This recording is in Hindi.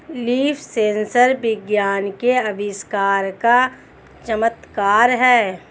लीफ सेंसर विज्ञान के आविष्कार का चमत्कार है